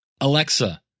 Alexa